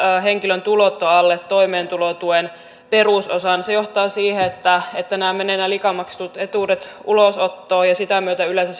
henkilön tulot ovat alle toimeentulotuen perusosan se johtaa siihen että että nämä liikaa maksetut etuudet menevät ulosottoon ja sitä myötä yleensä